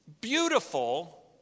beautiful